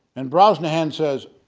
and brosnahan says,